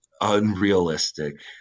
unrealistic